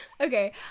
Okay